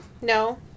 no